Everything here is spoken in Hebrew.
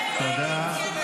תודה.